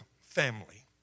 family